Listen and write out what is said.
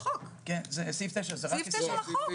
סעיף 9 לחוק.